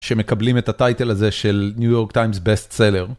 שמקבלים את הטייטל הזה של New York Times Best Seller.